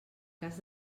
cas